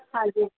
ਹਾਂਜੀ